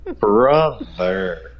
brother